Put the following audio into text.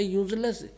useless